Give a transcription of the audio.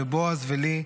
לבועז ולי,